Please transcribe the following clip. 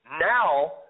Now